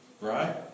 Right